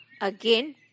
again